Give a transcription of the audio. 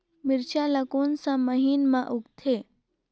मिरचा ला कोन सा महीन मां उगथे?